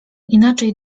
inaczej